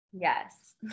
Yes